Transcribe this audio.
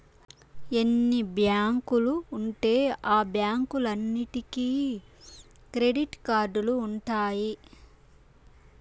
ఎన్ని బ్యాంకులు ఉంటే ఆ బ్యాంకులన్నీటికి క్రెడిట్ కార్డులు ఉంటాయి